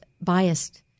biased